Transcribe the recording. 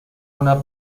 una